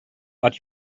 but